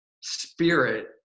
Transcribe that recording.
spirit